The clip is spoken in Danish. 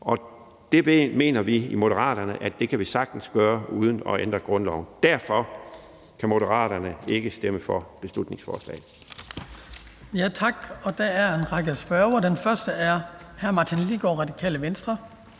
og det mener vi i Moderaterne vi sagtens kan gøre uden at ændre grundloven. Derfor kan Moderaterne ikke stemme for beslutningsforslaget.